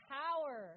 power